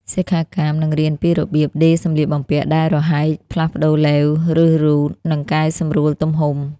សិក្ខាកាមនឹងរៀនពីរបៀប ដេរសំលៀកបំពាក់ដែលរហែក ផ្លាស់ប្តូរឡេវ ឬរ៉ូត និងកែសម្រួលទំហំ។